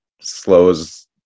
slows